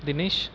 Dinesh